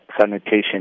sanitation